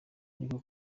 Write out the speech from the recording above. niko